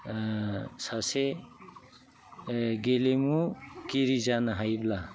सासे गेलेमुगिरि जानो हायोब्ला